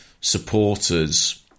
supporters